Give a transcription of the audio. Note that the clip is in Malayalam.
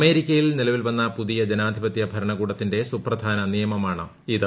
അമേരിക്കയിൽ നിലവിൽ വന്ന പുതിയ ജനാധിപത്യ ഭരണകൂടത്തിന്റെ സുപ്രധാന നിയമ നിർമാണമാണിത്